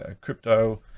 crypto